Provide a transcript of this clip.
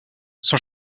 son